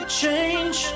change